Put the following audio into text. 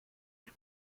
dem